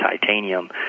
titanium